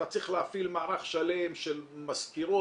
אתה צריך להפעיל מערך שלם של מזכירות,